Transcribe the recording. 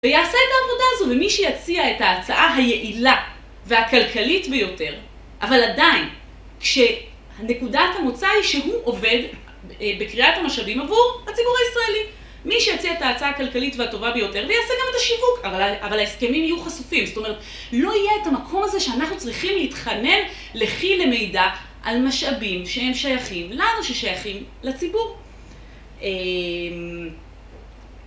ויעשה את העבודה הזו, ומי שיציע את ההצעה היעילה והכלכלית ביותר, אבל עדיין, כשנקודת המוצא היא שהוא עובד בכריית המשאבים עבור הציבור הישראלי, מי שיציע את ההצעה הכלכלית והטובה ביותר ויעשה גם את השיווק, אבל ההסכמים יהיו חשופים. זאת אומרת, לא יהיה את המקום הזה שאנחנו צריכים להתחנן.. למידע על משאבים שהם שייכים לנו, ששייכים לציבור.